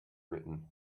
written